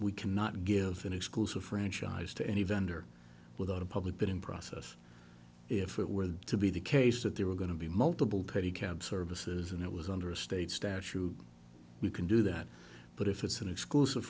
we cannot give an exclusive franchise to any vendor without a public bidding process if it were to be the case that there were going to be multiple pretty cab services and it was under a state statute we can do that but if it's an exclusive